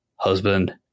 husband